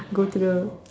go to the